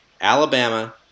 alabama